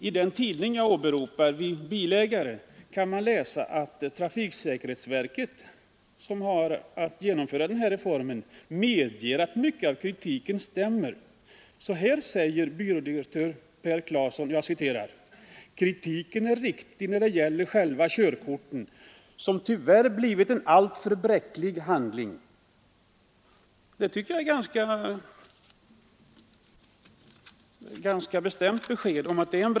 I den tidning jag åberopade, Vi bilägare, kan man läsa att trafiksäkerhetsverket som har att genomföra den här reformen medger att mycket av kritiken stämmer. Så här säger byrådirektör Per Klasson: ”Kritiken är riktig när det gäller själva körkortet, som tyvärr blivit en alltför bräcklig handling.” Det är ett ganska bestämt besked.